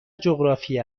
جغرافی